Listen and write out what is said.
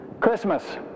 Christmas